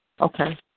Okay